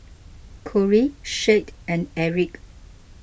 Cory Shad and Erik